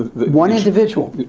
one individual.